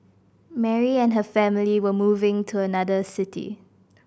Mary and her family were moving to another city